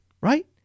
right